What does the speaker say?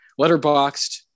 letterboxed